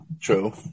True